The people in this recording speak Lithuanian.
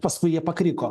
paskui jie pakriko